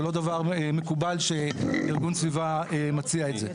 זה לא דבר מקובל שארגון סביבה מציע את זה.